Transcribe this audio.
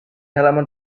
halaman